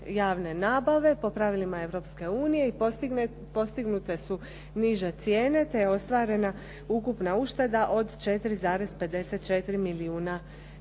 nabave po pravilima Europske unije, postignute su niže cijene, te je ostvarena ukupna ušteda od 4,54 milijuna